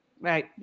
Right